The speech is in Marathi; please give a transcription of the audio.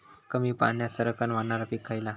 कमी पाण्यात सरक्कन वाढणारा पीक खयला?